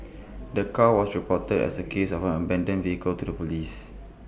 the car was reported as A case of an abandoned vehicle to the Police